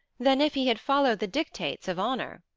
than if he had followed the dictates of honour.